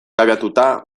abiatuta